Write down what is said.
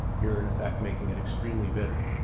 you're in effect making it extremely bitter.